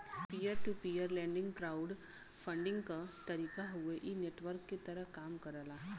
peer to peer lending crowd funding क तरीका हउवे इ नेटवर्क के तहत कम करला